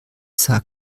sag